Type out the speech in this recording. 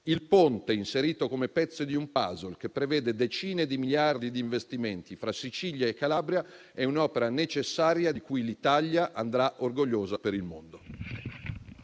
il ponte, inserito come pezzo di un *puzzle* che prevede decine di miliardi di investimenti tra Sicilia e Calabria, è un'opera necessaria di cui l'Italia andrà orgogliosa per il mondo.